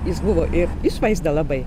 jis buvo ir išvaizda labai